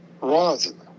rosin